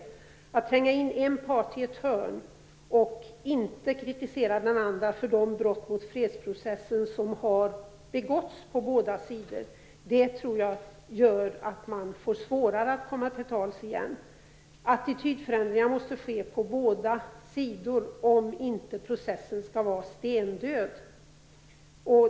Om man tränger in en part i ett hörn utan att kritisera båda parter för de brott mot fredsprocessen som de har begått, tror jag gör att man får svårare att komma till tals igen. Attitydförändringar måste ske på båda sidor om inte processen skall vara stendöd.